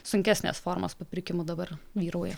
sunkesnės formos papirkimų dabar vyrauja